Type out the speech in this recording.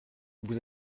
vous